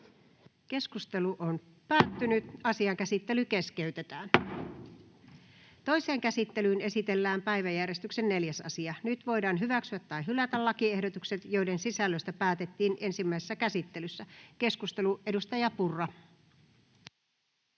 Mikrofoni päälle, kiitos. Toiseen käsittelyyn esitellään päiväjärjestyksen 5. asia. Nyt voidaan hyväksyä tai hylätä lakiehdotus, jonka sisällöstä päätettiin ensimmäisessä käsittelyssä. — Keskustelu, edustaja